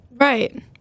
Right